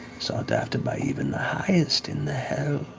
sought after by even the highest in the hells.